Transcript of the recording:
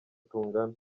tungana